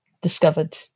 discovered